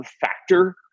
factor